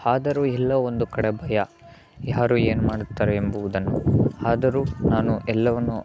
ಆದರೂ ಎಲ್ಲೋ ಒಂದು ಕಡೆ ಭಯ ಯಾರು ಏನು ಮಾಡುತ್ತಾರೆಂಬುವುದನ್ನು ಆದರೂ ನಾನು ಎಲ್ಲವನ್ನು